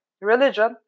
religion